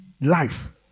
life